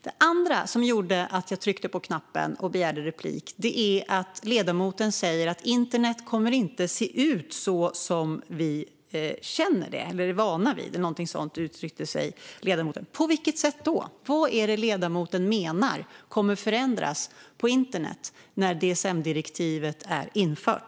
Det andra som gjorde att jag tryckte på knappen för att begära replik är att ledamoten sa att internet inte kommer att se ut som vi känner det eller är vana vid - någonting ditåt sa ledamoten. På vilket sätt? Vad är det ledamoten menar kommer att förändras på internet när DSM-direktivet är infört?